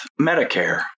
Medicare